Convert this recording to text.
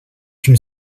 une